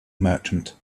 merchant